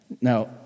Now